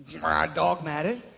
dogmatic